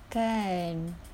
kan